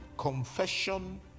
Confession